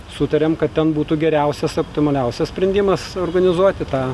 sutarėm kad ten būtų geriausias optimaliausias sprendimas organizuoti tą